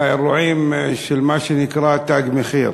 האירועים של מה שנקרא "תג מחיר".